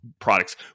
products